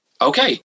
Okay